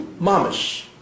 Mamish